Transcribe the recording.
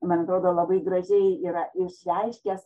man atrodo labai gražiai yra išreiškęs